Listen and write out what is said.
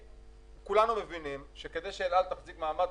כולנו מבינים שכדי שאל על תחזיק מעמד,